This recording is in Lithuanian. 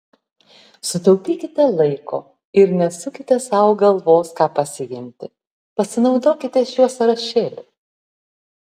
sutaupykite laiko ir nesukite sau galvos ką pasiimti pasinaudokite šiuo sąrašėliu